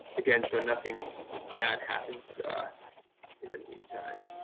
again, so nothing bad happens in the meantime.